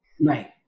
Right